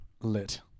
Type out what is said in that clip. lit